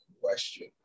question